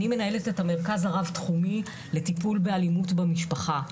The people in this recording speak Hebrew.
אני מנהלת את המרכז הרב תחומי לטיפול באלימות במשפחה.